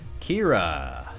Kira